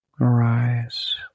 arise